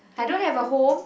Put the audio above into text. I don't have a home